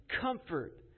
comfort